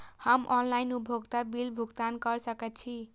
हम ऑनलाइन उपभोगता बिल भुगतान कर सकैछी?